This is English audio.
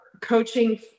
coaching